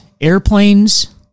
airplanes